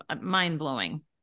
mind-blowing